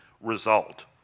result